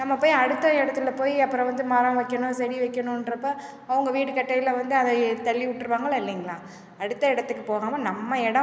நம்ம போய் அடுத்த இடத்துல போய் அப்பறம் வந்து மரம் வைக்கணும் செடி வைக்கணுன்றப்ப அவங்க வீடு கட்டயில வந்து அதையே தள்ளி விட்டுடுவாங்களா இல்லைங்களா அடுத்த இடத்துக்கு போகாமல் நம்ம எடம்